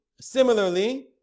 similarly